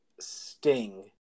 Sting